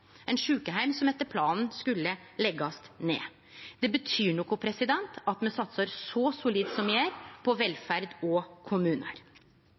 ein sjukeheim som etter planen skulle leggjast ned. Det betyr noko at me satsar så solid som me gjer, på velferd og kommunar.